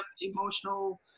emotional